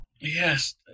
yes